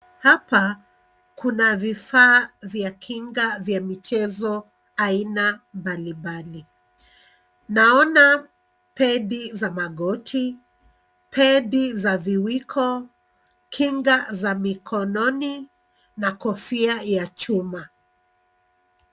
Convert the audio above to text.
Hapa kuna vifaa vya kinga vya michezo aina mbalimbali. Naona pedi za magoti, pedi za viwiko, kinga za mikononi na kofia ya chuma.